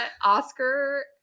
oscar